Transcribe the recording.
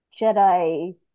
Jedi